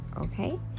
okay